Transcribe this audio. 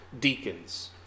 deacons